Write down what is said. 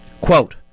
quote